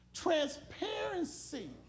Transparency